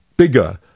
Bigger